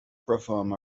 perform